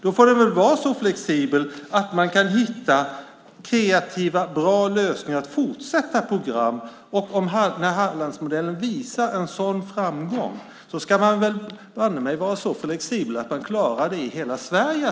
Den får väl vara så flexibel att man kan hitta kreativa och bra lösningar för fortsatta program. När Hallandsmodellen visar på en sådan framgång ska man väl banne mig vara så flexibel att man klarar detta i hela Sverige.